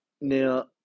now